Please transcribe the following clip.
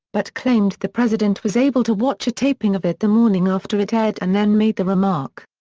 but claimed the president was able to watch a taping of it the morning after it aired and then made the remark.